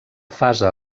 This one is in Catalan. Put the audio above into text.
fase